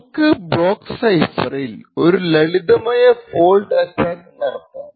നമുക്ക് ബ്ലോക്ക് സൈഫറിൽ ഒരു ലളിതമായ ഫോൾട്ട് അറ്റാക്ക് നടത്താം